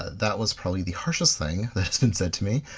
that was probably the harshest thing that has been said to me,